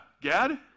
Gad